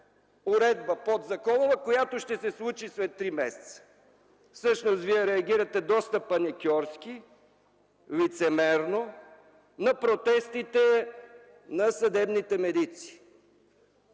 уредба, която ще се случи след три месеца?! Всъщност вие реагирате доста паникьорски и лицемерно на протестите на съдебните медици.